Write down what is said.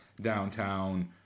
Downtown